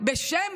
בשם